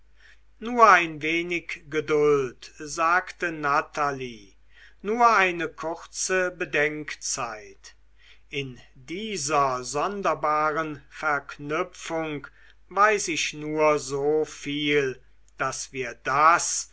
nur ein wenig geduld sagte natalie nur eine kurze bedenkzeit in dieser sonderbaren verknüpfung weiß ich nur so viel daß wir das